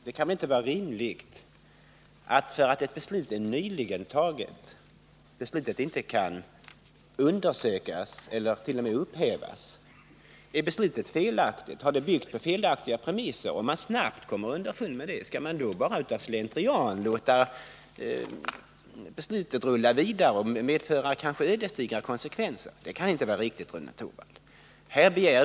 Det kan väl inte vara rimligt att ett beslut enbart därför att det nyligen är fattat inte skall kunna undersökas eller upphävas. Om beslutet har byggt på felaktiga premisser och man snabbt kommer underfund med det, skall man då bara av slentrian låta det hela rulla vidare så att beslutet kanske medför ödesdigra konsekvenser? Det kan inte vara riktigt, Rune Torwald.